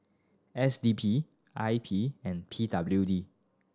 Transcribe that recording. S D P I P and P W D